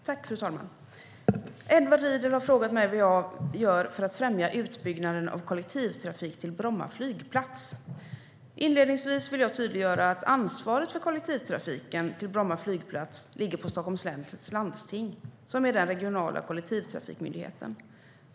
Fru talman! Edward Riedl har frågat mig vad jag gör för att främja utbyggnaden av kollektivtrafik till Bromma flygplats. Inledningsvis vill jag tydliggöra att ansvaret för kollektivtrafiken till Bromma flygplats ligger på Stockholms läns landsting, som är den regionala kollektivtrafikmyndigheten.